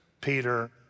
Peter